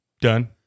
done